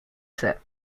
set